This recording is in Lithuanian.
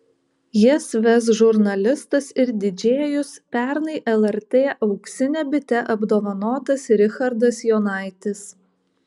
jas ves žurnalistas ir didžėjus pernai lrt auksine bite apdovanotas richardas jonaitis